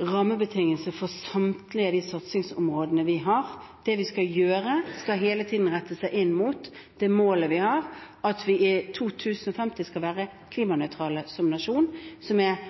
rammebetingelse for samtlige av de satsingsområdene vi har. Det vi gjør, skal hele tiden være rettet inn mot det målet vi har, at vi som nasjon skal være klimanøytral i 2050, noe som etter min mening er